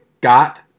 got